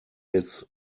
its